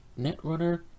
Netrunner